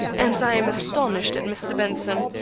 and i am astonished at mr. benson.